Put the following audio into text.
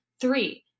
Three